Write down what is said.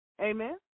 Amen